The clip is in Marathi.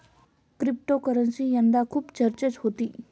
क्रिप्टोकरन्सी यंदा खूप चर्चेत होती